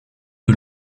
que